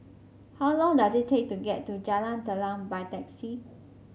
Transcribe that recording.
how long does it take to get to Jalan Telang by taxi